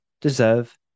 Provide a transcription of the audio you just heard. deserve